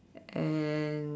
and